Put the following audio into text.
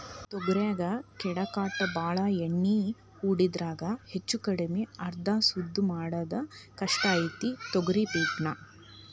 ತೊಗರಿಗೆ ಕೇಡಿಕಾಟ ಬಾಳ ಎಣ್ಣಿ ಹೊಡಿದ್ರಾಗ ಹೆಚ್ಚಕಡ್ಮಿ ಆದ್ರ ಸುದ್ದ ಮಾಡುದ ಕಷ್ಟ ಐತಿ ತೊಗರಿ ಪಿಕ್ ನಾ